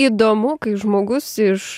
įdomu kai žmogus iš